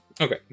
Okay